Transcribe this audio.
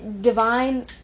divine